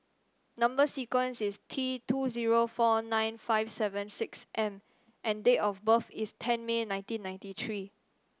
number sequence is T two zero four nine five seven six M and date of birth is ten May nineteen ninety three